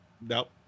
Nope